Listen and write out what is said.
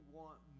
want